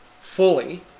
fully